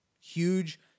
huge